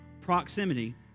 proximity